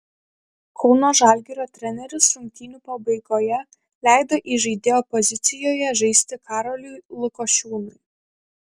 kauno žalgirio treneris rungtynių pabaigoje leido įžaidėjo pozicijoje žaisti karoliui lukošiūnui